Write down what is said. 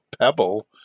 pebble